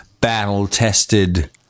battle-tested